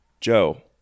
Joe